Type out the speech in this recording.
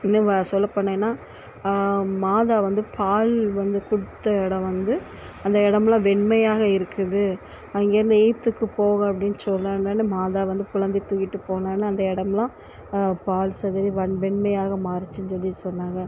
இன்னும் வ சொல்லப்போனேன்னா மாதா வந்து பால் வந்து கொடுத்த இடம் வந்து அந்த இடமெல்லாம் வெண்மையாக இருக்குது அங்கே இருந்து எகிப்துக்கு போங்க அப்படின்னு சொன்னதுனால மாதா வந்து குழந்தையை தூக்கிட்டு போனாங்க அந்த இடம்லாம் பால் சிதரி வண் வெண்மையாக மாறிச்சினு சொல்லி சொன்னாங்க